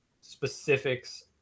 specifics